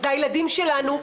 אלה הילדים שלנו.